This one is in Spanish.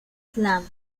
slam